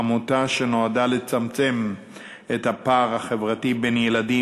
עמותה שנועדה לצמצם את הפער החברתי בין ילדים